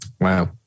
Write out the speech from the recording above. wow